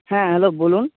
হ্যাঁ হ্যালো বলুন